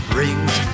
rings